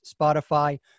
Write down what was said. Spotify